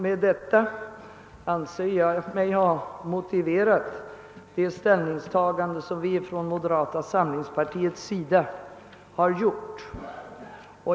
Med detta anser jag mig ha motiverat de ställningstaganden som vi i moderata samlingspartiet gjort.